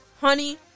Honey